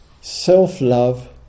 self-love